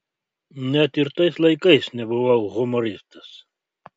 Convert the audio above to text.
net ir tais laikais nebuvau humoristas